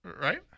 Right